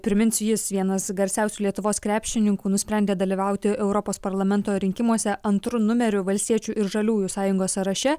priminsiu jis vienas garsiausių lietuvos krepšininkų nusprendė dalyvauti europos parlamento rinkimuose antru numeriu valstiečių ir žaliųjų sąjungos sąraše